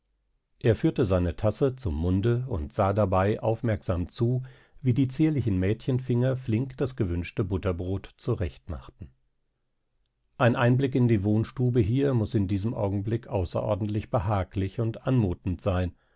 er führte seine tasse zum munde und sah dabei aufmerksam zu wie die zierlichen mädchenfinger flink das gewünschte butterbrot zurechtmachten ein einblick in die wohnstube hier muß in diesem augenblick außerordentlich behaglich und anmutend sein